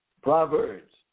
Proverbs